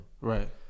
right